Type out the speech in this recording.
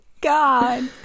God